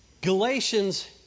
Galatians